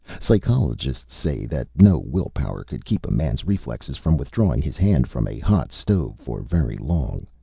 psychologists say that no will power could keep a man's reflexes from withdrawing his hand from a hot stove for very long.